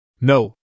No